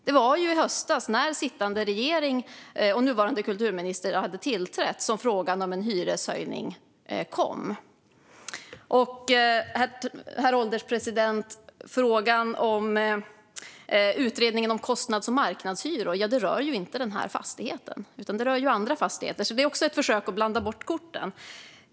Det var ju i höstas när sittande regering och nuvarande kulturministern hade tillträtt som frågan om en hyreshöjning kom. Frågan om utredningen om kostnads och marknadshyror rör inte den här fastigheten utan andra fastigheter, så även detta är ett försök att blanda bort korten, herr ålderspresident.